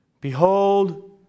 Behold